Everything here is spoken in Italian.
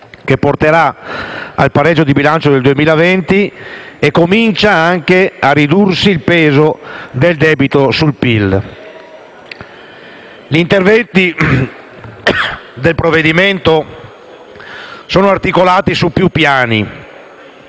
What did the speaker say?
che porterà al pareggio di bilancio nel 2020 e comincia anche a ridursi il peso del debito sul PIL. Gli interventi del provvedimento sono articolati su più piani